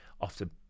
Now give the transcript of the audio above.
often